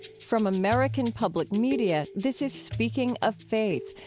from american public media, this is speaking of faith,